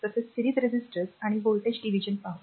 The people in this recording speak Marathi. तसेच सिरीझ रेझिस्टर्स आणि r व्होल्टेज डिव्हिजन पाहु